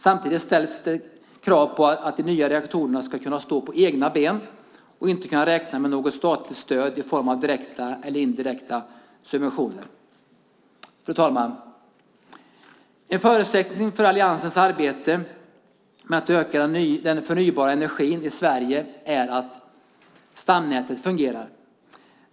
Samtidigt ställs det krav på att de nya reaktorerna ska kunna stå på egna ben och inte kunna räkna med något statligt stöd i form av direkta eller indirekta subventioner. Fru talman! En förutsättning för alliansens arbete med att öka den förnybara energin i Sverige är att stamnätet fungerar.